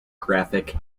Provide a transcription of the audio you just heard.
graphic